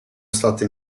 state